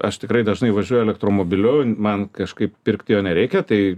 aš tikrai dažnai važiuoju elektromobiliu man kažkaip pirkt jo nereikia tai